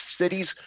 cities